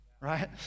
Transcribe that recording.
right